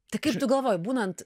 tai kaip tu galvoji būnant